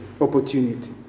opportunity